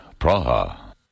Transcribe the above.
Praha